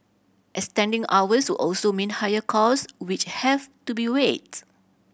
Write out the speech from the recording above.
extending hours would also mean higher cost which have to be weighed